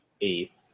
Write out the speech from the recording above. eighth